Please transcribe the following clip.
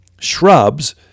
shrubs